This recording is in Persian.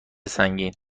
سنگین